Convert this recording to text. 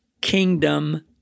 kingdom